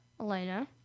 Elena